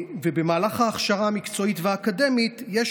במהלך ההכשרה המקצועית והאקדמית יש